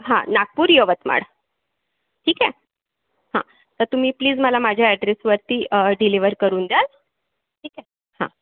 हं नागपूर यवतमाळ ठीक आहे हं तुम्ही प्लीज मला माझ्या ॲड्रेसवरती अ डिलिव्हर करून द्याल ठीक आहे हा